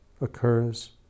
occurs